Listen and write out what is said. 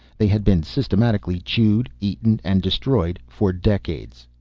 they had been systematically chewed, eaten and destroyed for decades.